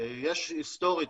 היסטורית,